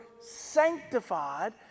sanctified